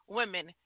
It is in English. women